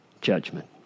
judgment